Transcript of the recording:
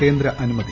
കേന്ദ്ര അനുമതി